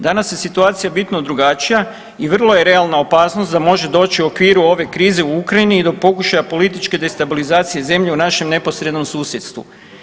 Danas je situacija bitno drugačija i vrlo je realna opasnost da može doći u okviru ove krize u Ukrajini i do pokušaja političke destabilizacije zemlje u našem neposrednom susjedstvu.